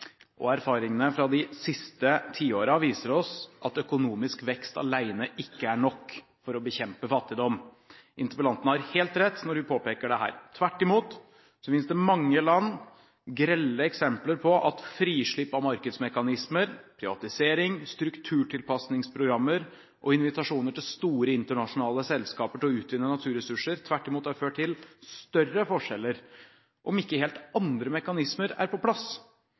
Erfaringene fra de siste tiårene viser oss at økonomisk vekst alene ikke er nok for å bekjempe fattigdom. Interpellanten har helt rett når hun påpeker dette. Tvert imot finnes det i mange land grelle eksempler på at frislipp av markedsmekanismer, privatisering, strukturtilpasningsprogrammer og invitasjoner til store internasjonale selskaper til å utvinne naturressurser har ført til større forskjeller, om ikke helt andre mekanismer som arbeidstakerrettigheter, fordelingsmekanismer i form av god lønnsdannelse og gode, pålitelige skattesystem er på plass.